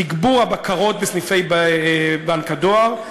תגבור הבקרות בסניפי בנק הדואר,